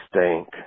stink